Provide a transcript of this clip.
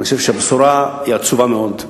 אני חושב שהבשורה היא עצובה מאוד.